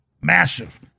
massive